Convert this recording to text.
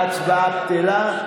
ההצבעה בטלה.